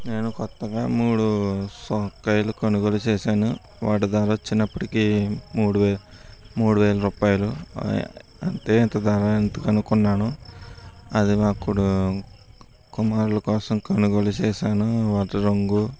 నేను కొత్తగా మూడు చొక్కాలు కొనుగోలు చేశాను వాటి ధర వచ్చినప్పటికి మూడు వేలు మూడు వేలరూపాయలు అంటే ఇంత ధర ఎందుకు అనుకున్నాను అది అప్పుడు కుమారుల కోసం కొనుగోలు చేశాను వాటి రంగు